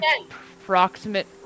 approximate